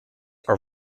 are